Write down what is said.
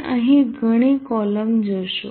તમે અહીં ઘણી કોલમ જોશો